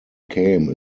came